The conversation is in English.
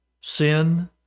sin